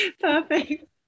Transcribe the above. perfect